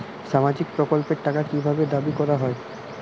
সামাজিক প্রকল্পের টাকা কি ভাবে দাবি করা হয়?